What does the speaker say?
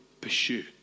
pursue